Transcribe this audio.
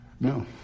No